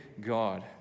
God